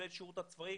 כולל שירות בצבא,